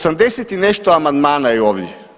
80 i nešto amandmana je ovdje.